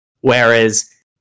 Whereas